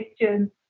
questions